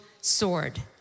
sword